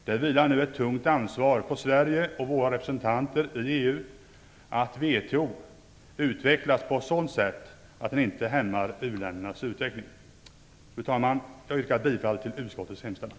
Det vilar nu ett tungt ansvar på Sverige och våra representanter i EU att WTO utvecklas på ett sådant sätt att u-ländernas utveckling inte hämmas. Fru talman! Jag yrkar bifall till utskottets hemställan.